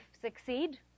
succeed